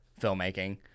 filmmaking